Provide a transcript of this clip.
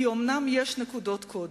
כי אומנם יש נקודות קודש.